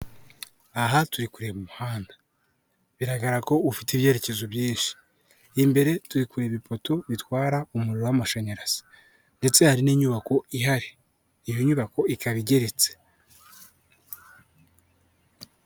Aha turi kureba muhanda biragaragara ko ufite ibyerekezo byinshi, imbere tubi kureba ipoto ritwara umuriro w'amashanyarazi, ndetse hari n'inyubako ihari iyo nyubako ikaba igeretse.